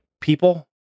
people